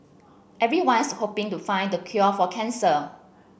everyone's hoping to find the cure for cancer